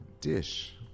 dish